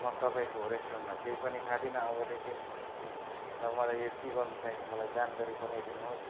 म तपाईँको रेस्टुरेन्टमा केही पनि खाँदिनँ अबदेखि र मलाई यो के गर्नु चाहेको मलाई जानकारी पठाइदिनुहोस